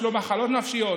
יש לו מחלות נפשיות.